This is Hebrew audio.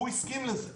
הוא הסכים לזה.